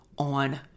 on